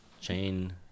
Chain